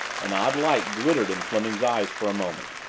an odd light glittered in fleming's eyes for a moment.